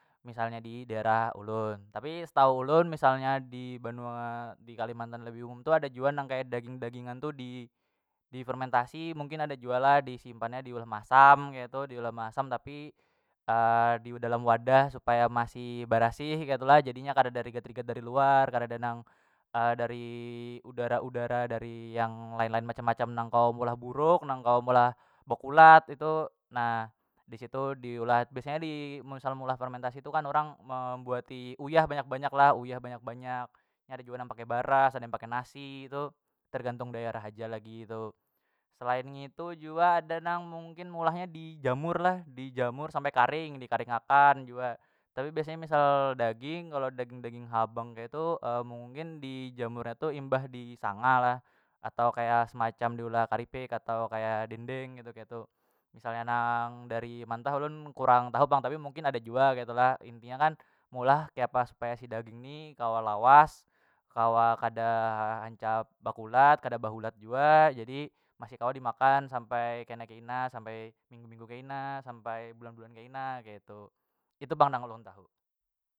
Misalnya didaerah ulun tapi setau ulun misalnya dibanua di kalimantan lebih umum tu ada jua nang daging- dagingan tu difermentasi mungkin ada jua lah disimpannya diulah masam ketu diulah masam tapi didalam wadah supaya masih barasih ketu lah jadinya kareda rigat- rigat dari luar kareda nang dari udara- udara dari yang lain- lain macam- macam nang kawa meulah buruk nang kawa meulah bekulat itu na disitu di ulah biasanya di mun misal meulah fermentasi tu kan urang membuati uyah banyak- banyak lah uyah banyak- banyak nya ada jua nang pakai baras ada yang pakai nasi tu tergantung daerah haja lagi tu selain ngitu jua ada nang mungkin meulah nya dijamur lah dijamur sampai karing dikaring akan jua tapi biasanya misal daging kalo daging- daging habang ketu mungkin dijamur nya tu imbah disanga lah atau kaya semacam diulah karipik atau kaya dendeng ketu- ketu misalnya nang dari mantah ulun kurang tahu pang tapi mungkin ada jua ketu lah intinya kan meulah kiapa supaya si daging ni kawa lawas kawa kada ancap bekulat kada bahulat jua jadi masih kawa dimakan sampai kena kaina sampai minggu- minggu kaina sampai bulan- bulan kaina keitu itu pang nang ulun tahu.